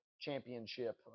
championship